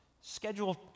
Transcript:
schedule